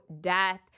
death